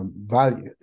value